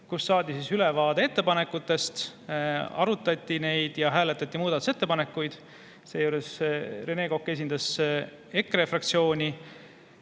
kus saadi ülevaade ettepanekutest, arutati neid ja hääletati muudatusettepanekuid. Seejuures Rene Kokk esindas EKRE fraktsiooni